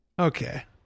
Okay